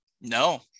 No